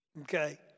okay